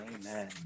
Amen